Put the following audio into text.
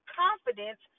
confidence